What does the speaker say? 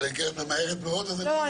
אלא אם כן את ממהרת מאוד אז אני --- לא,